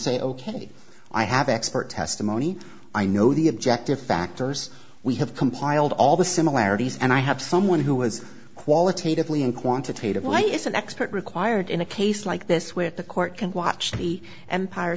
say ok i have expert testimony i know the objective factors we have compiled all the similarities and i have someone who has qualitatively and quantitatively is an expert required in a case like this with the court can watch the empire